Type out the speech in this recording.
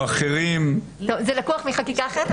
זה לקוח מחקיקה אחרת.